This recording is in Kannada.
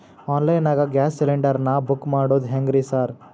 ಆನ್ಲೈನ್ ನಾಗ ಗ್ಯಾಸ್ ಸಿಲಿಂಡರ್ ನಾ ಬುಕ್ ಮಾಡೋದ್ ಹೆಂಗ್ರಿ ಸಾರ್?